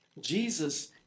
Jesus